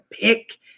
pick